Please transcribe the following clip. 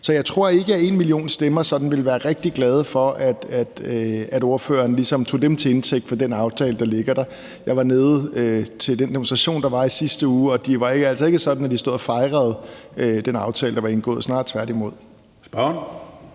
Så jeg tror ikke, at #enmillionstemmer ville være rigtig glade for, at ordføreren tager dem til indtægt for den aftale, der ligger der. Jeg var nede til den demonstration, der var i sidste uge, og det var altså ikke sådan, at de stod og fejrede den aftale, der var indgået – snarere tværtimod. Kl.